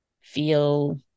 feel